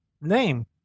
Name